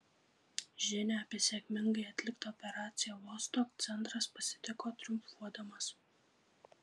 žinią apie sėkmingai atliktą operaciją vostok centras pasitiko triumfuodamas